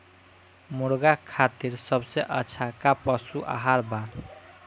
मुर्गा खातिर सबसे अच्छा का पशु आहार बा?